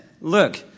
Look